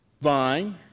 vine